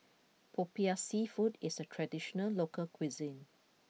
Popiah Seafood is a traditional local cuisine